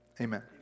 Amen